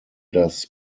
das